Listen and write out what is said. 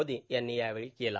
मोदी यांनी यावेळी केला